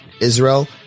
Israel